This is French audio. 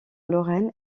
lorraine